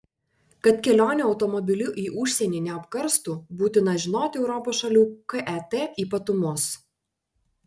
kad kelionė automobiliu į užsienį neapkarstų būtina žinoti europos šalių ket ypatumus